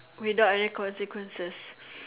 without any consequences